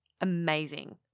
amazing